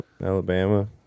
Alabama